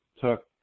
took